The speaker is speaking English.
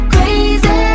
Crazy